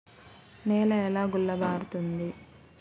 నేల ఎలా గుల్లబారుతుంది?